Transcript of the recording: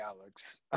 Alex